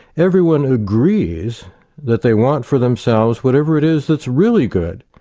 everyone agrees that they want for themselves whatever it is that's really good,